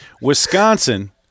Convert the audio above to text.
Wisconsin